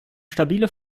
stabile